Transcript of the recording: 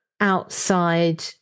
outside